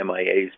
MIAs